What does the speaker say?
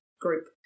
group